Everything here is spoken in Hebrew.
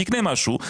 תקנה משהו,